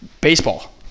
baseball